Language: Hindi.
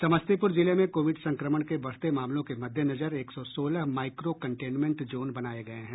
समस्तीपुर जिले में कोविड संक्रमण के बढ़ते मामलों के मद्देनजर एक सौ सोलह माईक्रोकंटेनमेंट जोन बनाये गये हैं